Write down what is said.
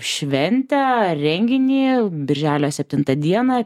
šventę renginį birželio septintą dieną